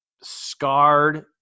scarred